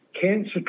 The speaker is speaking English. cancer